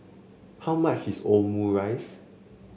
how much is Omurice